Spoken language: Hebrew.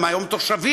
הם היום תושבים,